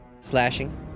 slashing